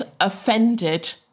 offended